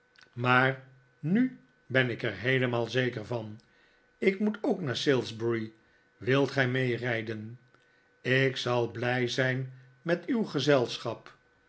maar nu ben ik er heelemaal zeker van ik moet ook naar salisbury wilt gij meerijden ik zal blij zijn met uw gezelschap